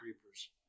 creepers